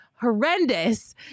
horrendous